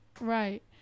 right